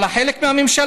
אבל הוא חלק מהממשלה.